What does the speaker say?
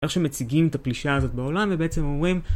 איך שמציגים את הפלישה הזאת בעולם ובעצם אומרים